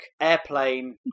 Airplane